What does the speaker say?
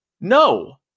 no